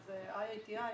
IATI,